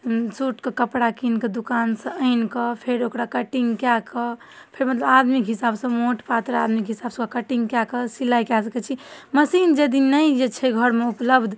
सूटके कपड़ा किनिकऽ दोकानसँ आनिकऽ फेर ओकरा कटिङ्ग कऽ कऽ फेर मतलब आदमीके हिसाबसँ मोट पातर आदमीके हिसाबसँ कटिङ्ग कऽ कऽ सिलाइ कऽ सकै छी मशीन यदि नहि जे छै घरमे उपलब्ध